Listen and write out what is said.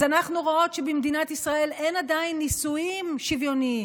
אז אנחנו רואות שבמדינת ישראל אין עדיין נישואים שוויוניים.